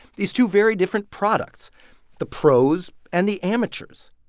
these two very different products the pros and the amateurs.